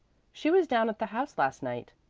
she was down at the house last night,